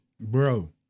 Bro